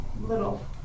little